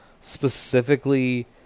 specifically